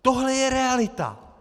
Tohle je realita.